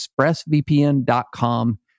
Expressvpn.com